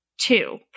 Two